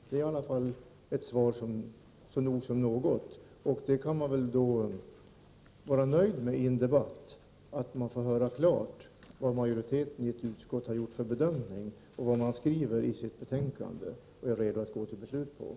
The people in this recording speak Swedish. Det är ett svar som är nog så bra som något annat. Man kan vara nöjd med att i en debatt klart få höra utskottsmajoritetens bedömning, vad som har skrivits i betänkandet och vad utskottet är redo att gå till beslut med.